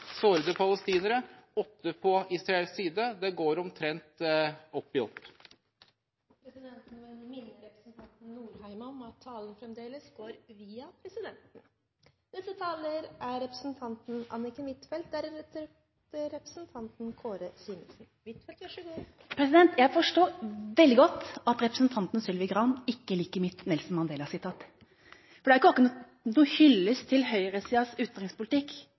sårede palestinere og åtte på israelsk side. Det går omtrent opp i opp. Presidenten vil minne representanten Norheim om at all tale fremdeles skal gå via presidenten. Jeg forstår veldig godt at representanten Sylvi Graham ikke liker mitt Nelson Mandela-sitat, for det er ikke akkurat noen hyllest til høyresidas utenrikspolitikk